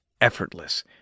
effortless